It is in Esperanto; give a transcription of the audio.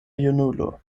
junulo